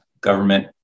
government